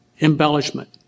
embellishment